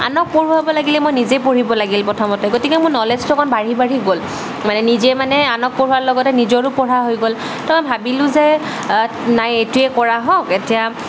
আনক পঢ়োৱাব লাগিলে মই নিজে পঢ়িব লাগিল প্ৰথমতে গতিকে মোৰ নলেজটো অকণ বাঢ়ি বাঢ়ি গ'ল মানে নিজে মানে আনক পঢ়োৱাৰ লগতে নিজৰো পঢ়া হৈ গ'ল ত' ভাৱিলো যে নাই এইটোৱে কৰা হওক এতিয়া